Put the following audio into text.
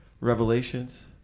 revelations